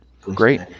Great